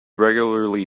regularly